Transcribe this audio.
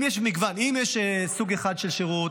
אם יש סוג אחד של שירות,